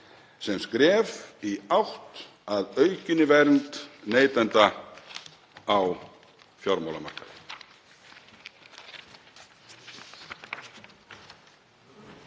sem skref í átt að aukinni vernd neytenda á fjármálamarkaði.